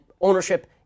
ownership